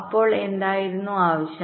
അപ്പോൾ എന്തായിരുന്നു ആവശ്യം